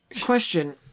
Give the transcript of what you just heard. question